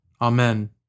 Amen